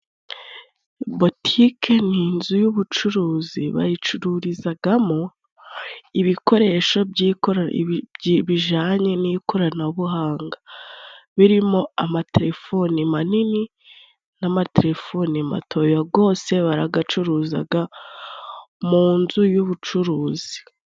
Butike ni inzu y'ubucuruzi bayicururizagamo ibikoresho bijanye n'ikoranabuhanga, birimo amatelefoni manini n'amatelefoni matoya, gose baragacuruzaga mu nzu y'ubucuruzi.